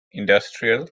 industrial